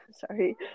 sorry